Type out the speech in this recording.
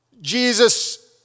Jesus